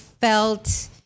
felt